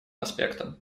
аспектом